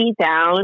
Down